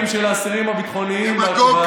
של האסירים הביטחוניים בכלא הישראלי.